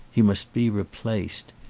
he must be replaced.